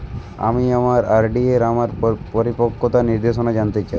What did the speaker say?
আমি আমার আর.ডি এর আমার পরিপক্কতার নির্দেশনা জানতে চাই